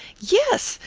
yes,